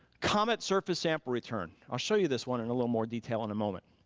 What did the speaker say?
comet surface sample return. i'll show you this one in a little more detail in a moment,